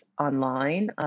online